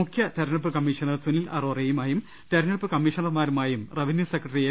മുഖ്യ തെരഞ്ഞെടുപ്പ് കമ്മീഷണർ സുനിൽ അറോറയു മായും തെരഞ്ഞെടുപ്പ് കമ്മീഷണർമാരുമായും റവന്യു സെക്രട്ടറി എ